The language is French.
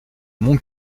mon